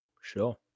Sure